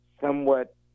somewhat